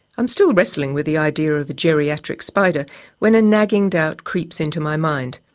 i'm still wrestling with the idea of a geriatric spider when a nagging doubt creeps into my mind.